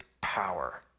power